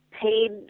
paid